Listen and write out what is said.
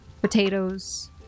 potatoes